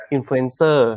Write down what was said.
Influencer